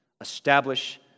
establish